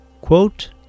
Quote